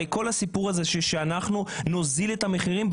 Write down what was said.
כל הסיפור הוא שנוזיל את המחירים,